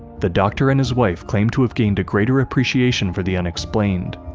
the doctor and his wife claimed to have gained a greater appreciation for the unexplained,